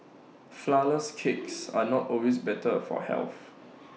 Flourless Cakes are not always better for health